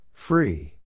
Free